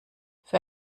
für